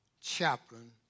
chaplain